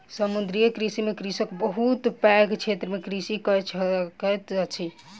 समुद्रीय कृषि में कृषक बहुत पैघ क्षेत्र में कृषि कय सकैत अछि